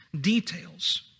details